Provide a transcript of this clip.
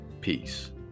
peace